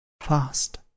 fast